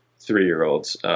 Three-year-olds